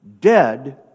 dead